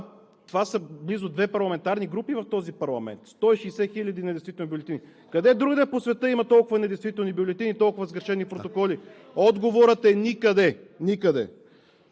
Това са близо две парламентарни групи в този парламент – 160 хиляди недействителни бюлетини. Къде другаде по света има толкова недействителни бюлетини, толкова сгрешени протоколи? Отговорът е – никъде. Никъде!